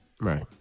Right